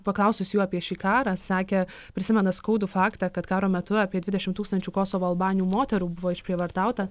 paklausus jų apie šį karą sakė prisimena skaudų faktą kad karo metu apie dvidešimt tūkstančių kosovo albanių moterų buvo išprievartauta